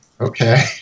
okay